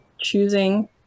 choosing